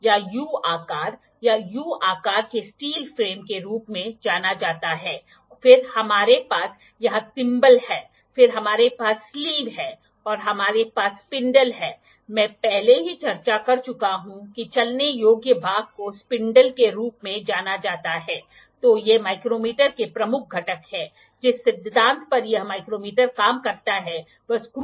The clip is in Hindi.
और अगर हम इस एंगल का पता लगाना चाहते हैं तो यह β है यह α है इसलिए • β 180 ° इसलिए यदि आप विशेष रूप से खोजना चाहते हैं तो α यह होने वाला है • 180 ° β तो आप एंगल β प्राप्त करें और आपको यह एंगल मिलता है जो सपाट सतह के संबंध में है इस एंगल को बेवल प्रोट्रैक्टर द्वारा मापा जा सकता है ठीक है